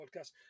podcast